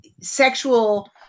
sexual